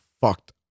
fucked